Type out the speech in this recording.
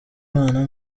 imana